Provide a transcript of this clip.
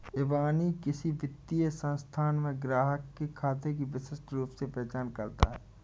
इबानी किसी वित्तीय संस्थान में ग्राहक के खाते की विशिष्ट रूप से पहचान करता है